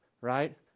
right